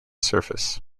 surface